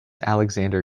alexander